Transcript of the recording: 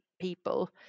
people